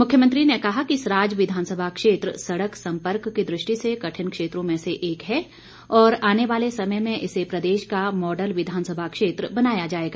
मुख्यमंत्री ने कहा कि सराज विधानसभा क्षेत्र सड़क सम्पर्क की दृष्टि से कठिन क्षेत्रों में से एक है और आने वाले समय में इसे प्रदेश का मॉडल विधानसभा क्षेत्र बनाया जाएगा